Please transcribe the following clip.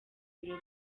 biro